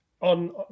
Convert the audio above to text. On